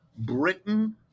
Britain